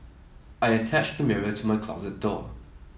I attached the mirror to my closet door